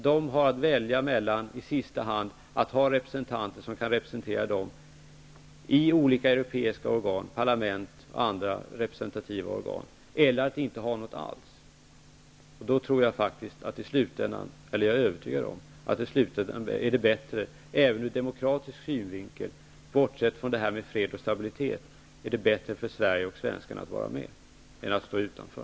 De har i sista hand att välja mellan att ha representanter som kan representera dem i olika europeiska organ, parlament och andra representativa organ, eller att inte ha några representanter alls. Då är jag övertygad om att det i slutändan är bättre, även ur demokratisk synvinkel och bortsett från detta med fred och stabilitet, för Sverige och svenskarna att vara med än att stå utanför.